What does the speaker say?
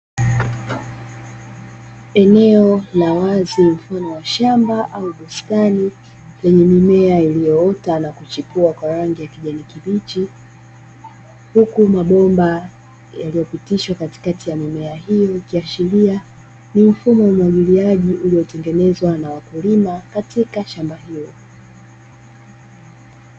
Eneo la wazi mfano wa shamba au bustani lenye mimea iliyoota na kuchipua kwa rangi ya kijani kibichi, huku mabomba yaliyopitishwa katikati ya mimea hiyo ikiashiria nifumo wa umwagiliaji uliotengenezwa na wakulima katika shamba hilo.